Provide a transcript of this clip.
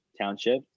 Township